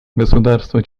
государства